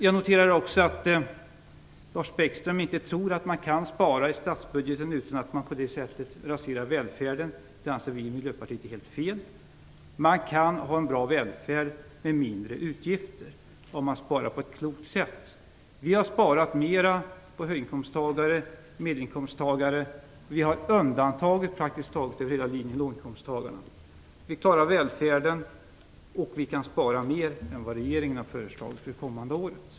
Jag noterar också att Lars Bäckström inte tror att man kan spara i statsbudgeten utan att man därmed raserar välfärden. Vi i Miljöpartiet anser att det är helt fel. Man kan ha en bra välfärd med mindre utgifter, om man sparar på ett klokt sätt. Vi har sparat mera på höginkomst och medelinkomsttagare, och vi har över praktiskt hela linjen undantagit låginkomsttagarna. Vi klarar välfärden, och vi kan spara mer än vad regeringen har föreslagit för det kommande året.